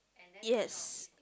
yes